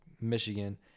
Michigan